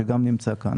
שגם נמצא כאן,